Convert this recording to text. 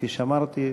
כפי שאמרתי,